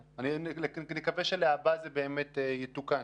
נקווה שלהבא זה באמת יתוקן.